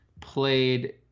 played